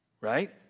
Right